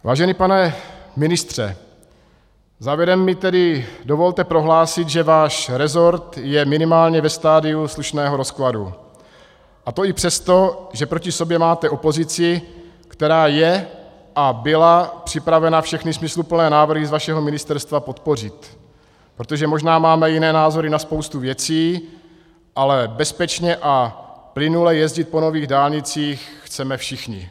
Vážený pane ministře, závěrem mi tedy dovolte prohlásit, že váš resort je minimálně ve stadiu slušného rozkladu, a to i přesto, že proti sobě máte opozici, která je a byla připravena všechny smysluplné návrhy z vašeho ministerstva podpořit, protože možná máme jiné názory na spoustu věcí, ale bezpečně a plynule jezdit po nových dálnicích chceme všichni.